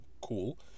cool